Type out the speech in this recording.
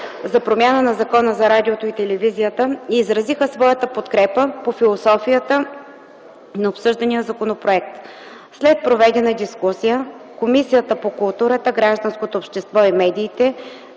за промяна на Закона за радиото и телевизията и изразиха своята подкрепа по философията на обсъждания законопроект. След проведена дискусия Комисията по културата, гражданското общество и медиите